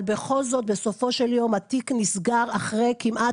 אבל בסופו של יום התיק נסגר אחרי כמעט